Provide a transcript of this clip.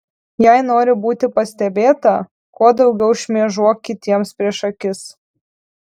jei nori būti pastebėta kuo daugiau šmėžuok kitiems prieš akis